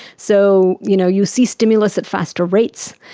so you know you see stimulus at faster rates.